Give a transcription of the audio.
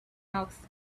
mouth